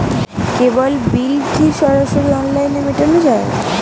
কেবল bill কি সরাসরি অনলাইনে মেটানো য়ায়?